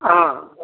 ఆ